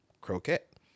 croquette